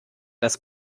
das